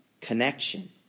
connection